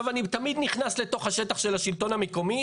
אני תמיד נכנס לתוך השטח של השלטון המקומי,